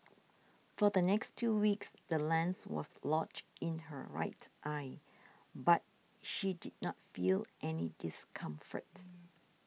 for the next two weeks the lens was lodged in her right eye but she did not feel any discomfort